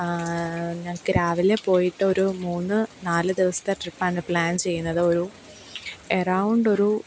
ഞങ്ങൾക്ക് രാവിലെ പോയിട്ട് ഒരു മൂന്ന് നാല് ദിവസത്തെ ട്രിപ്പാണ് പ്ലാൻ ചെയ്യുന്നത് ഒരു എറൗണ്ട് ഒരു